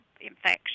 infection